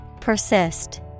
Persist